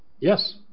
Yes